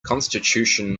constitution